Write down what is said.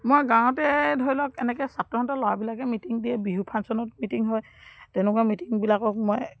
মই গাঁৱতে ধৰি লওক এনেকৈ ছাত্ৰসন্থাৰ ল'ৰাবিলাকে মিটিং দিয়ে বিহু ফাংশ্যনত মিটিং হয় তেনেকুৱা মিটিংবিলাকক মই